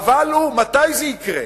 ה"אבל" הוא מתי זה יקרה.